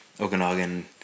Okanagan